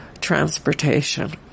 transportation